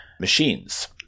machines